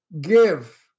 give